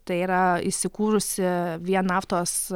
tai yra įsikūrusi vien naftos